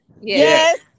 Yes